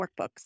workbooks